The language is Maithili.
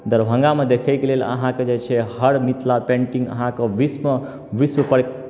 दरभङ्गामे देखयके लेल अहाँकेँ जे छै हर मिथिला पेन्टिंग अहाँके विश्वमे विश्वपर